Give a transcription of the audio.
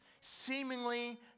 seemingly